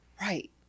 Right